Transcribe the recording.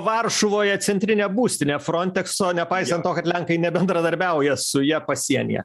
varšuvoje centrinė būstinė frontekso nepaisant to kad lenkai nebendradarbiauja su ja pasienyje